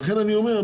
לכן אני אומר,